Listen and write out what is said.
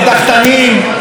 נוקבים,